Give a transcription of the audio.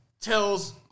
tells